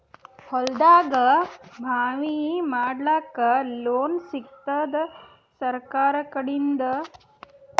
ಹೊಲದಾಗಬಾವಿ ಮಾಡಲಾಕ ಲೋನ್ ಸಿಗತ್ತಾದ ಸರ್ಕಾರಕಡಿಂದ?